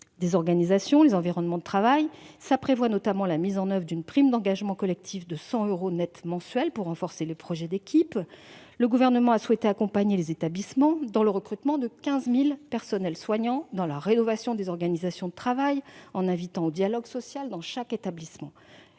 des organisations et des environnements de travail prévoit notamment l'instauration d'une prime d'engagement collectif de 100 euros net par mois pour promouvoir la participation des agents aux projets hospitaliers. Le Gouvernement a souhaité accompagner les établissements dans le recrutement de 15 000 personnels soignants, dans la rénovation des organisations de travail en incitant au dialogue social dans chaque établissement.